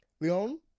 Leon